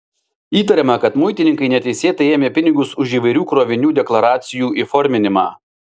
įtariama kad muitininkai neteisėtai ėmė pinigus už įvairių krovinių deklaracijų įforminimą